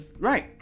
Right